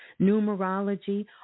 numerology